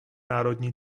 národní